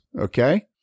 okay